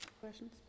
Questions